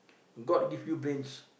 god give your brains